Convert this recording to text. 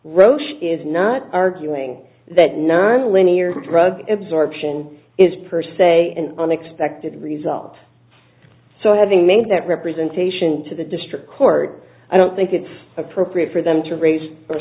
roche is not arguing that non linear drug absorption is per se an unexpected result so having made that representation to the district court i don't think it's appropriate for them to raise or